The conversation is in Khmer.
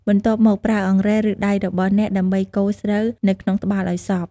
បន្ទាប់មក ប្រើអង្រែ ឬដៃរបស់អ្នកដើម្បីកូរស្រូវនៅក្នុងត្បាល់ឱ្យសព្វ។